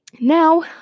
Now